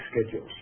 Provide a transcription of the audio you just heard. schedules